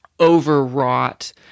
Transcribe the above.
overwrought